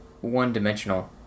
one-dimensional